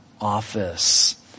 office